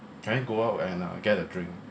can I go out and uh get a drink